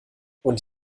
und